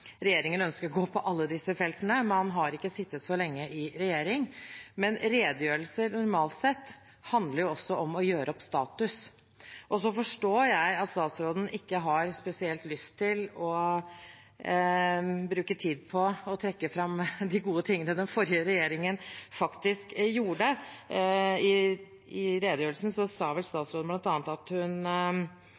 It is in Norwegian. regjeringen ønsker å gå på alle disse feltene – man har ikke sittet så lenge i regjering – men redegjørelser normalt sett handler også om å gjøre opp status. Og så forstår jeg at statsråden ikke har spesielt lyst til å bruke tid på å trekke fram de gode tingene den forrige regjeringen faktisk gjorde. I redegjørelsen sa vel statsråden bl.a. at hun